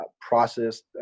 Processed